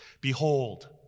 behold